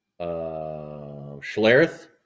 Schlereth